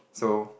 so